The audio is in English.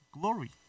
Glory